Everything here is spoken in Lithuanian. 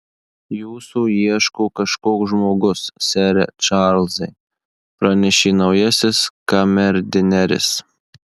jūsų ieško kažkoks žmogus sere čarlzai pranešė naujasis kamerdineris